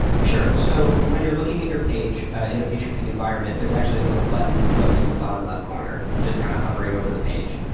sure. so when you're looking at your page in a featurepeek environment, there's actually little button floating in the bottom left corner, just kind of hovering over the page.